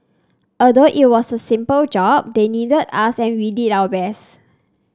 although it was a simple job they needed us and we did our best